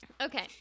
okay